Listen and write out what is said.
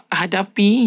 hadapi